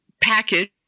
package